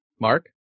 Mark